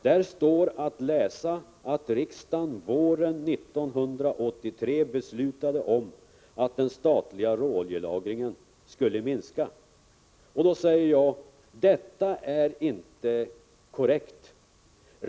Där står att läsa att riksdagen våren 1983 beslutade om att den statliga råoljelagringen skulle minska. Jag säger att detta inte är korrekt.